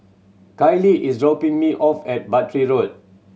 Kylee is dropping me off at Battery Road